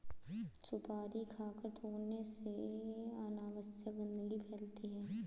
सुपारी खाकर थूखने से अनावश्यक गंदगी फैलती है